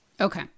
Okay